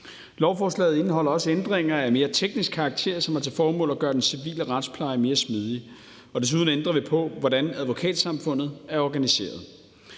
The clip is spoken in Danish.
Lovforslaget indeholder også ændringer af mere teknisk karakter, som har til formål at gøre den civile retspleje mere smidig, og desuden ændrer vi på, hvordan Advokatsamfundet er organiseret.